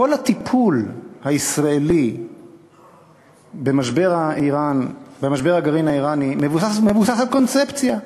כל הטיפול הישראלי במשבר הגרעין האיראני מבוסס על קונספציה,